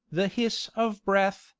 the hiss of breath,